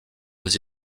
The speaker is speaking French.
aux